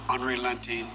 unrelenting